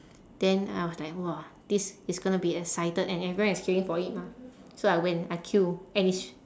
then I was like !wah! this is gonna be excited and everyone is queuing for it mah so I went I queue and it's